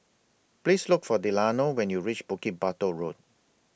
Please Look For Delano when YOU REACH Bukit Batok Road